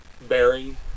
bearing